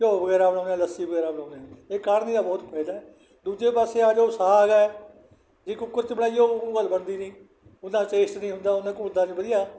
ਘਿਓ ਵਗੈਰਾ ਬਣਾਉਂਦੇ ਲੱਸੀ ਵਗੈਰਾ ਬਣਾਉਂਦੇ ਹਾਂ ਇਹ ਕਾੜ੍ਹਨੀ ਦਾ ਬਹੁਤ ਫ਼ਾਈਦਾ ਹੈ ਦੂਜੇ ਪਾਸੇ ਆਹ ਜੋ ਸਾਗ ਹੈ ਜੇ ਕੁੱਕਰ 'ਚ ਬਣਾਈਏ ਉਹ ਗੱਲ ਬਣਦੀ ਨਹੀਂ ਉੱਨਾ ਟੇਸਟ ਨਹੀਂ ਹੁੰਦਾ ਉਨਾ ਘੁਲਦਾ ਨਹੀਂ ਵਧੀਆ